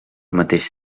mateix